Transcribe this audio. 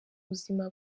buzima